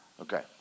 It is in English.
Okay